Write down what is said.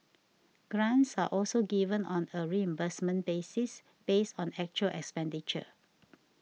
grants are also given on a reimbursement basis based on actual expenditure